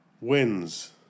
wins